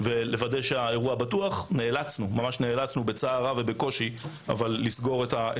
ולוודא שהאירוע בטוח נאלצנו בצער רב ובקושי לסגור.